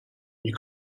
you